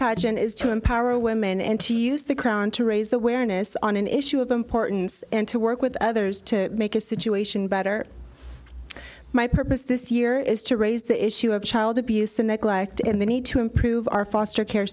pageant is to empower women and to use the crown to raise the awareness on an issue of importance and to work with others to make a situation better my purpose this year is to raise the issue of child abuse and neglect and the need to improve our foster care